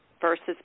versus